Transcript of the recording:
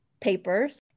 papers